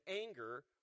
anger